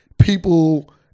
People